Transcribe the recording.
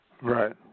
Right